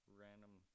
random